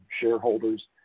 shareholders